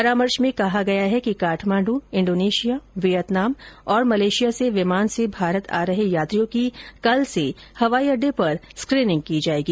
परामर्श में कहा गया है कि काउमांड इंडोनेशिया वियतनाम और मलेशिया से विमान से भारत आ रहे यात्रियों की कल से हवाई अड्डे पर स्क्रीनिंग की जायेगी